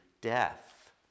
death